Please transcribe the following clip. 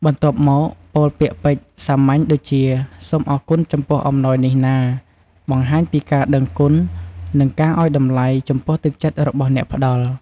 បន្ទាប់មក ពោលពាក្យពេចន៍សាមញ្ញដូចជា “សូមអរគុណចំពោះអំណោយនេះណា!” បង្ហាញពីការដឹងគុណ និងការឲ្យតម្លៃចំពោះទឹកចិត្តរបស់អ្នកផ្ដល់។